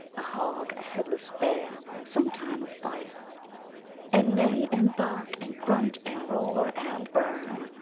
a hog, a headless bear, sometime a fire and neigh, and bark, and grunt, and roar, and burn,